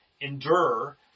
endure